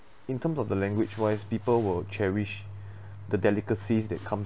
in terms of the language wise people will cherish the delicacies that come